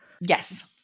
Yes